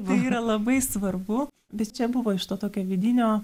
tai yra labai svarbu bet čia buvo iš to tokio vidinio